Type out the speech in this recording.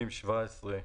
70(17)